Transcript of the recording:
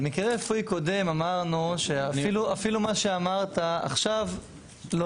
על מקרה רפואי קודם אמרנו שאפילו מה שאמרת עכשיו לא